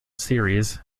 series